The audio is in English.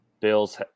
Bills